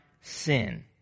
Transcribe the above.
sin